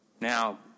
Now